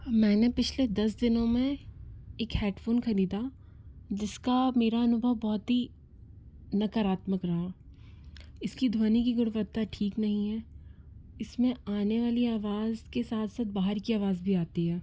मैंने पिछले दस दिनों में एक हेडफ़ोन खरीदा जिसका मेरा अनुभव बहुत ही नकारात्मक रहा इसकी ध्वनि की गुणवत्ता ठीक नहीं है इसमें आने वाली आवाज़ के साथ साथ बाहर की आवाज भी आती है